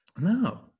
No